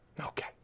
Okay